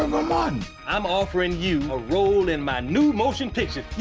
and martin. i'm offering you a role in my new motion picture.